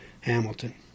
Hamilton